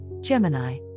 Gemini